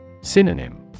Synonym